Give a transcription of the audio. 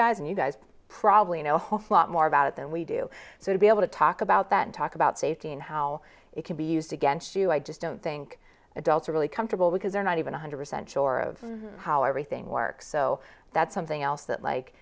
guys and you guys probably know a whole lot more about it than we do so to be able to talk about that and talk about safety and how it can be used against you i just don't think adults are really comfortable because they're not even one hundred percent sure of how everything works so that's something else that like